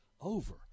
over